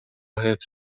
حفظ